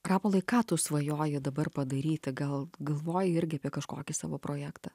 rapolai ką tu svajoji dabar padaryti gal galvoji irgi apie kažkokį savo projektą